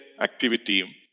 activity